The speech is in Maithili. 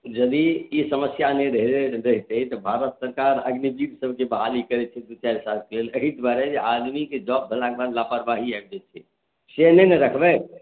यदि ई समस्या नहि रहै रहतै तऽ भारत सरकार अग्निवीरसभ जे बहाली करै छै दू चारि सालके लेल एही दुआरे जे आदमीके जॉब भेलाके बाद लापरवाही आबि जाइ छै से नहि ने रखबै